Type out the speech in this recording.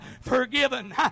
forgiven